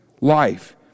life